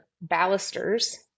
balusters